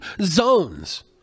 zones